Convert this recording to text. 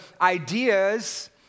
ideas